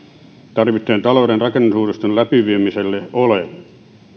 tarvittavien talouden rakenneuudistusten läpiviemiselle ole